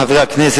חברי חברי הכנסת,